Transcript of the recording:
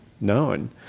known